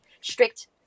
strict